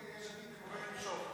יש עתיד מתכוונת למשוך.